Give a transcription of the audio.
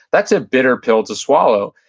that's a bitter pill to swallow.